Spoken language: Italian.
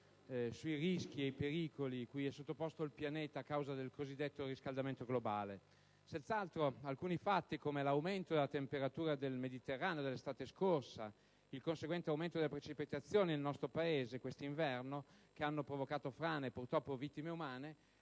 sui rischi ed i pericoli cui è sottoposto il pianeta a causa del cosiddetto riscaldamento globale. Senz'altro alcuni fatti, come l'aumento della temperatura del Mar Mediterraneo dell'estate scorsa, il conseguente aumento delle precipitazioni nel nostro Paese questo inverno, che ha provocato frane e purtroppo vittime umane,